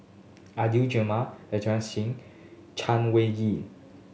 Adan Jimenez Inderjit Singh and Chay Weng Yew